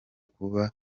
kuba